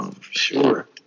Sure